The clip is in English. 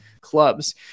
clubs